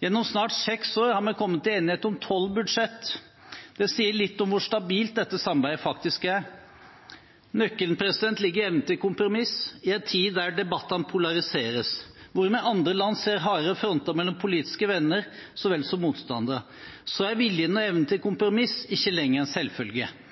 Gjennom snart seks år har vi kommet til enighet om tolv budsjetter. Det sier litt om hvor stabilt dette samarbeidet faktisk er. Nøkkelen ligger i evnen til kompromiss. I en tid da debattene polariseres, hvor vi i andre land ser hardere fronter mellom politiske venner så vel som motstandere, er viljen og evnen til kompromiss ikke lenger en selvfølge.